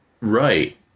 Right